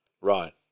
Right